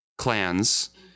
clans